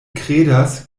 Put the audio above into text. kredas